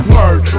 Word